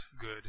good